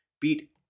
beat